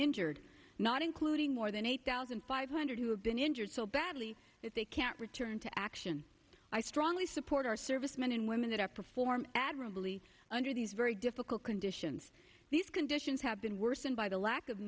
injured not including more than eight thousand five hundred who have been injured so badly that they can't return to action i strongly support our servicemen and women that are performed admirably under these very difficult conditions these conditions have been worsened by the lack of